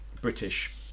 British